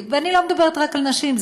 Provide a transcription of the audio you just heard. ואני לא מדברת רק על נשים,